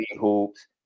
Hoops